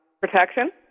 Protection